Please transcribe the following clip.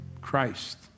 Christ